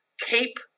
keep